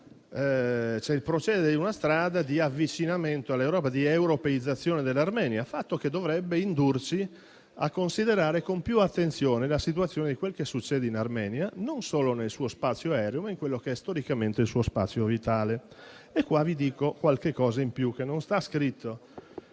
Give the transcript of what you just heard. Si procede quindi su una strada di avvicinamento all'Europa e di europeizzazione dell'Armenia, fatto che dovrebbe indurci a considerare con più attenzione quel che succede in Armenia, non solo nel suo spazio aereo, ma in quello che è storicamente il suo spazio vitale. A questo proposito, vi dico qualcosa in più che non sta scritto